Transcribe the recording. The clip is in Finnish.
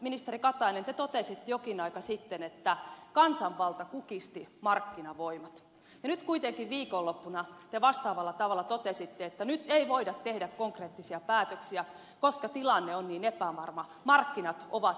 ministeri katainen te totesitte jokin aika sitten että kansanvalta kukisti markkinavoimat ja nyt kuitenkin viikonloppuna te vastaavalla tavalla totesitte että nyt ei voida tehdä konkreettisia päätöksiä koska tilanne on niin epävarma markkinat ovat niin epävarmat